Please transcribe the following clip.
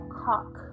cock